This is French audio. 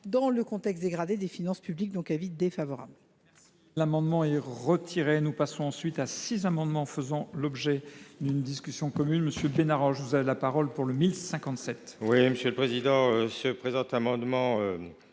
dans l’actuel contexte dégradé des finances publiques : avis défavorable.